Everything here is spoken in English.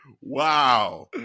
wow